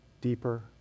deeper